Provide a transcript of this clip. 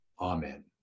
Amen